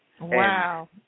Wow